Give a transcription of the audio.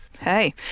Hey